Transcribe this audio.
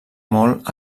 molt